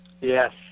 Yes